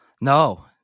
No